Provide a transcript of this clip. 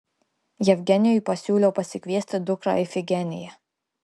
jevgenijui pasiūliau pasikviesti dukrą ifigeniją